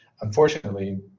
Unfortunately